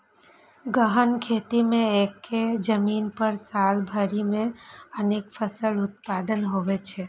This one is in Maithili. गहन खेती मे एक्के जमीन पर साल भरि मे अनेक फसल उत्पादन होइ छै